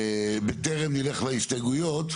בטרם נלך להסתייגויות,